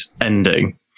ending